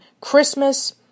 Christmas